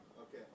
Okay